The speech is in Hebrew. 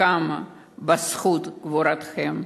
שקמה בזכות גבורתכם,